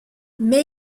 mais